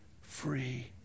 free